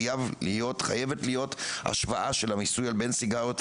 חייב להיות השוואה בין המיסוי של סיגריות,